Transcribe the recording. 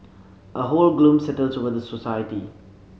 a whole gloom settles over the society